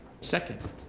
Second